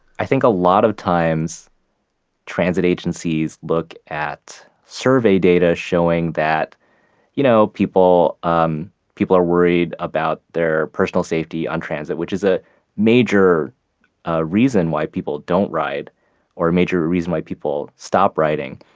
i think a lot of times transit agencies look at survey data showing that you know people um people are worried about their personal safety on transit, which is a major ah reason why people don't ride or a major reason why people stop riding.